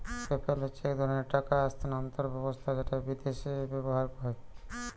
PayPal হচ্ছে এক ধরণের টাকা স্থানান্তর ব্যবস্থা যেটা বিদেশে ব্যবহার হয়